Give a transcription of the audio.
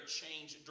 change